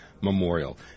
Memorial